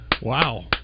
Wow